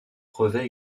revêt